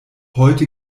heute